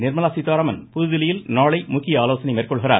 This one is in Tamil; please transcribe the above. நிர்மலா சீத்தாராமன் புதுதில்லியில் நாளை முக்கிய ஆலோசனை மேற்கொள்கிறார்